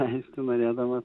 praleisti norėdamas